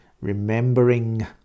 remembering